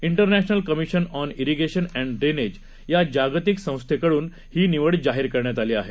international commission on irrigation and drainage या जागतिक संस्थेकडून हि निवड जाहीर करण्यात आली आहे